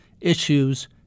issues